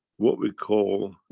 what we call,